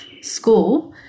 school